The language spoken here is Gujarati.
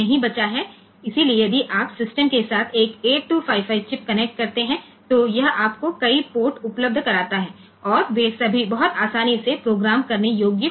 તેથી જો આપણે સિસ્ટમ સાથે એક 8255 ચિપ ને કનેક્ટ કરીએ તો તે આપણને સંખ્યાબંધ પોર્ટ્સ ઉપલબ્ધ કરાવે છે અને તે ખૂબ જ સરળતાથી પ્રોગ્રામેબલ હોય છે